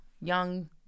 Young